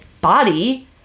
body